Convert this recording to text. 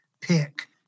pick